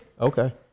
Okay